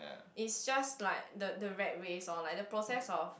it's just like the the rat race lor like the process of